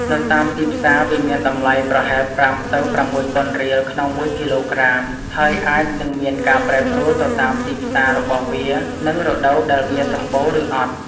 នៅតាមទីផ្សារវាមានតម្លៃប្រហែល ៥ ទៅ ៦ ពាន់រៀលក្នុងមួយគីឡូក្រាម ហើយអាចនិងមានការប្រែប្រួលទៅតាមទីផ្សាររបស់វានិងរដូវដែលវាសម្បូរឬអត់។